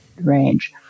range